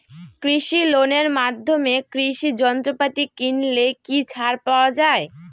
কৃষি লোনের মাধ্যমে কৃষি যন্ত্রপাতি কিনলে কি ছাড় পাওয়া যায়?